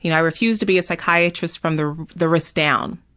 you know i refused to be a psychiatrist from the the wrist down,